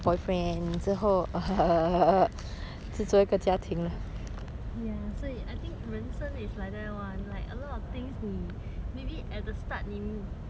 ya 所以 I think 人生 is like that [one] like a lot of things 你 maybe at the start name 你不好好的 plan lah what you want to do then